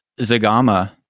Zagama